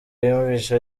yumvise